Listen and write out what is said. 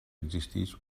existís